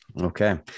Okay